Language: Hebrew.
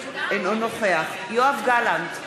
אינו נוכח יואב גלנט,